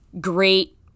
great